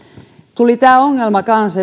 tuli tämä ongelma kanssa